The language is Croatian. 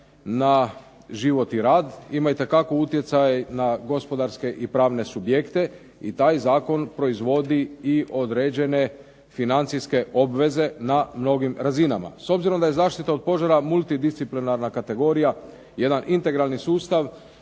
na život i rad. Ima itekako utjecaj na gospodarske i pravne subjekte i taj zakon proizvodi i određene financijske obveze na mnogim razinama. S obzirom da je zaštita od požara multidisciplinarna kategorija, jedan integralni sustav